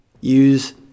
use